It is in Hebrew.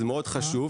זה מאוד חשוב,